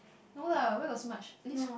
no lah where got so much at least